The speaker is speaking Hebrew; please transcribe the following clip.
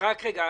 לצרכים שיש,